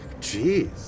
Jeez